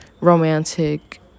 romantic